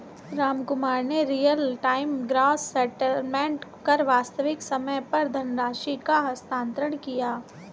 रामकुमार ने real time gross settlement कर वास्तविक समय पर धनराशि का हस्तांतरण किया